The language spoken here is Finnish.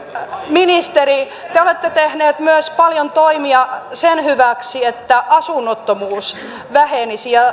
ministeri te olette tehnyt myös paljon toimia sen hyväksi että asunnottomuus vähenisi